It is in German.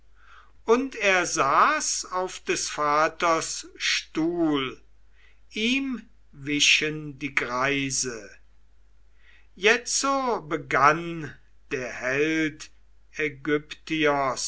und er saß auf des vaters stuhl ihm wichen die greise jetzo begann der held